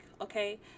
Okay